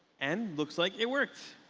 and looks like it worked.